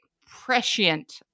prescient